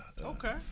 Okay